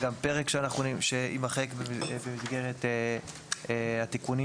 זה גם פרק שיימחק במסגרת התיקונים.